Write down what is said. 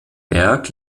berg